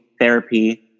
therapy